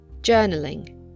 journaling